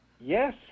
yes